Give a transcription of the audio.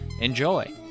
Enjoy